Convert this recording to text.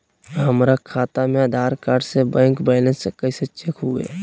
हमरा खाता में आधार कार्ड से बैंक बैलेंस चेक कैसे हुई?